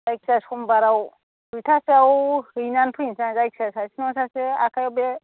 जायखिया सम्बाराव दुइटासोयाव हैनानै फैसां जायखिजाया सासे नङा सासे आखाइयाव बे